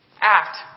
act